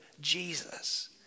Jesus